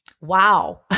Wow